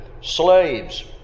slaves